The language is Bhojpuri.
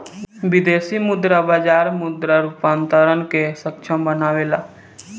विदेशी मुद्रा बाजार मुद्रा रूपांतरण के सक्षम बनावेला